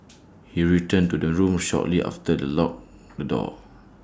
he returned to the room shortly after the locked the door